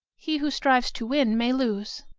he who strives to win may lose.